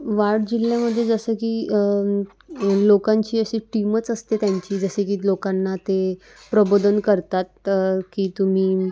वाढ जिल्ह्यामध्ये जसं की लोकांची अशी टीमच असते त्यांची जसे की लोकांना ते प्रबोधन करतात की तुम्ही